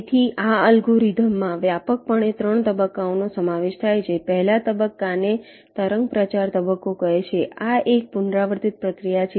તેથી આ અલ્ગોરિધમમાં વ્યાપકપણે 3 તબક્કાઓનો સમાવેશ થાય છે પહેલા તબક્કા ને તરંગ પ્રચાર તબક્કો કહે છે આ એક પુનરાવર્તિત પ્રક્રિયા છે